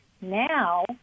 now